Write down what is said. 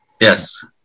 Yes